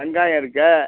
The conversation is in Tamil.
வெங்காயம் இருக்குது